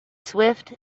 swift